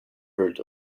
heard